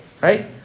right